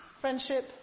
Friendship